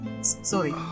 Sorry